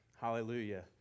Hallelujah